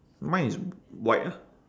mine is white ah